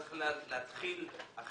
לשם מה אנחנו צריכים לבוא